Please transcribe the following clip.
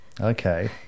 Okay